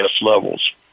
levels